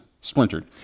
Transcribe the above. splintered